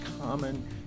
common